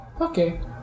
Okay